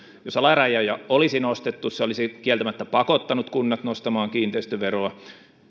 jos alarajoja olisi nostettu se olisi kieltämättä pakottanut kunnat nostamaan kiinteistöveroa